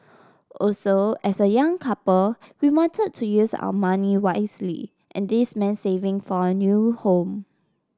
also as a young couple we wanted to use our money wisely and this meant saving for a new home